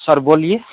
sir बोलिए